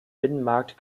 binnenmarkt